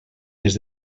des